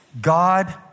God